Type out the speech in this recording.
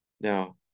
Now